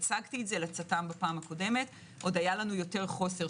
כשהצגתי את זה לצט"ם בפעם הקודמת עוד היה לנו יותר חוסר,